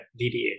DDA